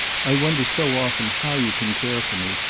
i wonder so often how you can care for me,